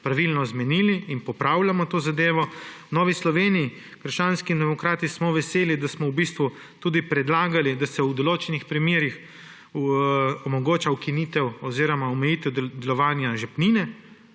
pravilno zmenili in popravljamo to zadevo. V Novi Sloveniji – krščanskih demokratih smo veseli, da smo tudi predlagali, da se v določenih primerih omogoča ukinitev oziroma omejitev dajanja žepnine